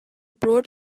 broad